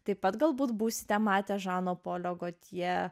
taip pat galbūt būsite matę žano polio gotje